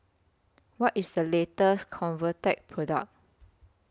What IS The latest Convatec Product